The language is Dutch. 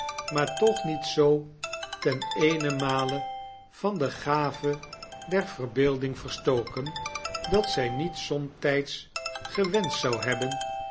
maar toch niet zoo ten eenenmale van de gave der verbeelding verstoken dat zy niet somtyds gewenscht zou hebben